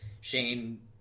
Shane